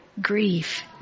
Grief